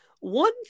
One